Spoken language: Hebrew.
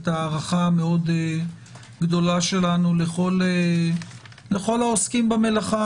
את ההערכה המאוד גדולה שלנו לכל העוסקים במלאכה.